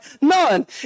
none